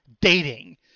dating